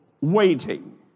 waiting